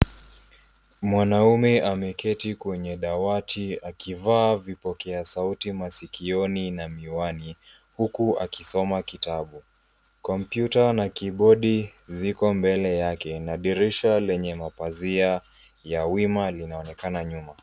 Mwanaume ameketi kwenye dawati akivaa vipokea sauti masikioni na miwani huku akisoma vitabu. Kompyuta na kibodi ziko mbele yake na madirisha yenye mapazia ya wima yanaonekana nyuma.